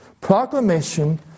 proclamation